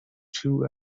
two